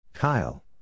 Kyle